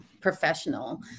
professional